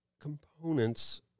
components